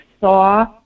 saw